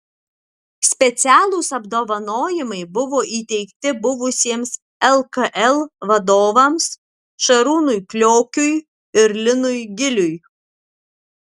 specialūs apdovanojimai buvo įteikti buvusiems lkl vadovams šarūnui kliokiui ir linui giliui